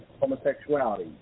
homosexuality